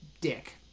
dick